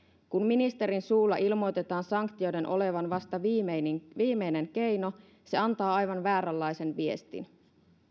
kun ministerin suulla ilmoitetaan sanktioiden olevan vasta viimeinen viimeinen keino se antaa aivan vääränlaisen viestin